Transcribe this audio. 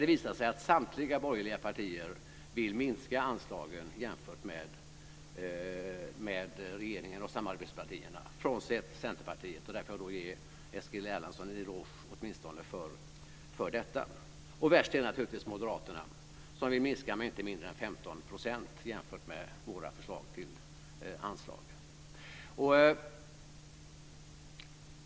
Det visar sig att samtliga borgerliga partier vill minska anslagen jämfört med regeringen och samarbetspartierna frånsett Centerpartiet, och där kan jag ge Eskil Erlandsson en eloge åtminstone för detta. Värst är naturligtvis Moderaterna som vill minska med inte mindre än 15 % jämfört med våra förslag till anslag.